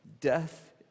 death